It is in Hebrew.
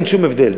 אין שום הבדל.